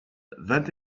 vingt